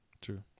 true